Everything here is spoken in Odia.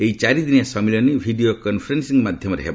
ଏହି ଚାରିଦିନିଆ ସମ୍ମିଳନୀ ଭିଡିଓ କନ୍ଫରେନ୍ରିଂ ମାଧ୍ୟମରେ ହେବ